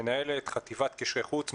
מנהלת חטיבת קשרי חוץ,